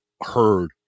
heard